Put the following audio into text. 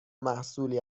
محصولی